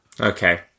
Okay